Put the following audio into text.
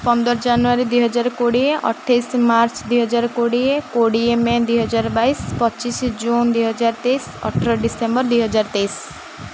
ପନ୍ଦର ଜାନୁଆରୀ ଦୁଇହଜାର କୋଡ଼ିଏ ଅଠେଇଶ ମାର୍ଚ୍ଚ ଦୁଇହଜାର କୋଡ଼ିଏ କୋଡ଼ିଏ ମେ ଦୁଇହଜାର ବାଇଶ ପଚିଶ ଜୁନ ଦୁଇହଜାର ତେଇଶ ଅଠର ଡିସେମ୍ବର ଦୁଇହଜାର ତେଇଶ